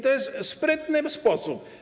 To jest sprytny sposób.